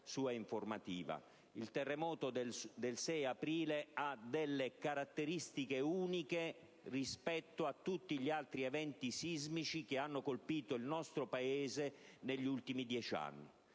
il terremoto del 6 aprile ha delle caratteristiche uniche rispetto a tutti gli altri eventi sismici che hanno colpito il nostro Paese negli ultimi dieci anni.